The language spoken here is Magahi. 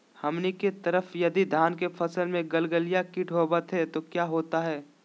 हमनी के तरह यदि धान के फसल में गलगलिया किट होबत है तो क्या होता ह?